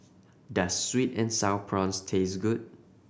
does sweet and Sour Prawns taste good